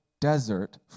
desert